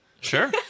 Sure